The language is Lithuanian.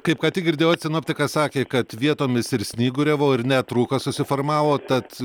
kaip ką tik girdėjot sinoptikas sakė kad vietomis ir snyguriavo ir net rūkas susiformavo tad